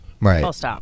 Right